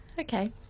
Okay